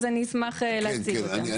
אז אני אשמח להציג אותם.